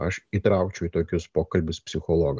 aš įtraukčiau į tokius pokalbius psichologą